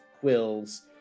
quills